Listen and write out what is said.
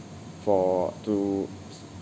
for to